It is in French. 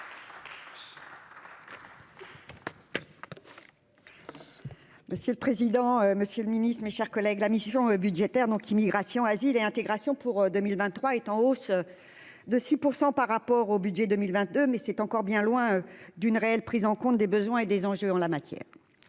Monsieur le président, Monsieur le Ministre, mes chers collègues, la mission budgétaire donc Immigration, asile et intégration pour 2023 est en hausse de 6 % par rapport au budget 2022, mais c'est encore bien loin. D'une réelle prise en compte des besoins et des enjeux en la matière,